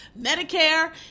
Medicare